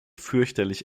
fürchterlich